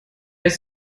ist